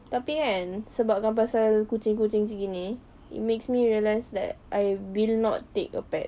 tetapi kan sebab kan pasal kucing kucing macam ini it makes me realize that I will not take a pet